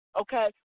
okay